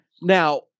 Now